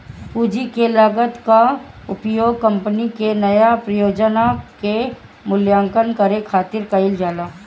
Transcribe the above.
पूंजी के लागत कअ उपयोग कंपनी के नया परियोजना के मूल्यांकन करे खातिर कईल जाला